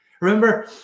Remember